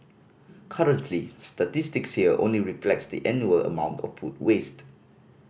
currently statistics here only reflect the annual amount of food waste